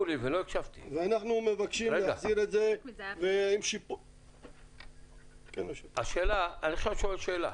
ואנחנו מבקשים להחזיר את זה --- אני עכשיו שואל שאלה